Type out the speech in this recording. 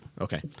Okay